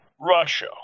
Russia